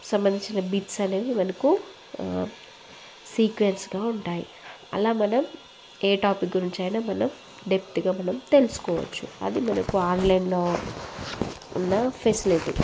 సంబంధించిన బిట్స్ అనేవి మనకు సీక్వెన్స్గా ఉంటాయి అలా మనం ఏ టాపిక్ గురించి అయిన మనం డెప్త్గా మనం తెలుసుకోవచ్చు అది మనకు ఆన్లైన్లో ఉన్న ఫెసిలిటీ